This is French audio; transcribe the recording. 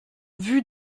vue